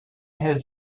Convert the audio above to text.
his